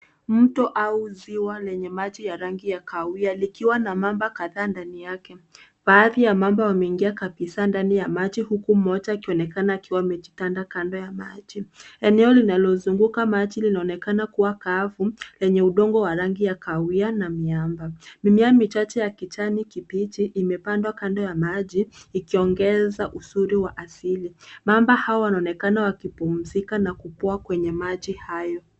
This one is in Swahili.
Mto au ziwa wenye maji ya rangi ya kahawia ukiwa na mamba katikati yake. Baada ya mamba kuingizwa kabisa ndani ya maji. Eneo lililozunguka maji linaonekana kama kafu yenye udongo wa rangi ya kahawia na miamba. Mbegu za kijani zilizopandwa kwenye kanda ya maji zinaongeza ladha na mvuto wa mto huo.